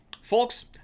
Folks